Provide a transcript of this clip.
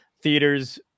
theaters